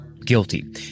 guilty